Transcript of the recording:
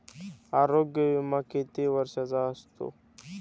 आरोग्य विमा किती वर्षांचा असतो?